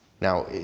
Now